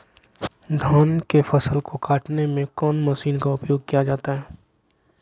धान के फसल को कटने में कौन माशिन का उपयोग किया जाता है?